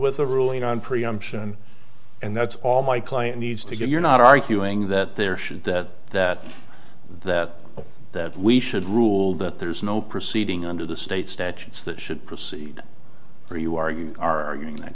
with a ruling on preemption and that's all my client needs to give you're not arguing that there should that that that that we should rule that there is no proceeding under the state statutes that should proceed for you are you are arguing that